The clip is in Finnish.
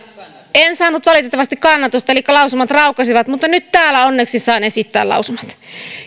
en saanut valitettavasti kannatusta elikkä lausumat raukesivat mutta nyt täällä onneksi saan esittää lausumat